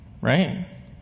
Right